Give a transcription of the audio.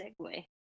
segue